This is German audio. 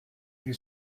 die